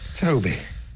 Toby